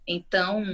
Então